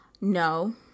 No